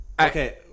Okay